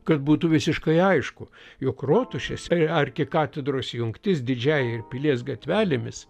kad būtų visiškai aišku jog rotušės arkikatedros jungtis didžiąja ir pilies gatvelėmis